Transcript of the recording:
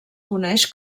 coneix